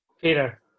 Peter